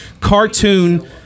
cartoon